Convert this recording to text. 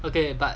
okay but